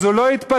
אז הוא לא יתפטר,